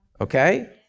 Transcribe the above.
okay